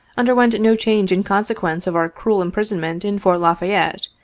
under went no change in consequence of our cruel imprisonment in fort la fayette.